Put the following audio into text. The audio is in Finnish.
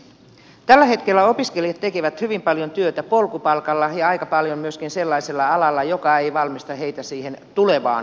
tällä hetkellä opiskelijat tekevät hyvin paljon työtä polkupalkalla ja aika paljon myöskin sellaisella alalla joka ei valmista heitä siihen tulevaan ammattiin